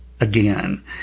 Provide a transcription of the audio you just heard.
Again